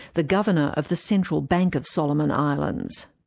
the governor of the central bank of solomon islands.